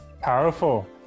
powerful